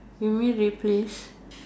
you mean replace